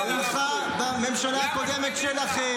אז למה אתם לא מביאים את החוק שאנחנו הבאנו על הרב קוק?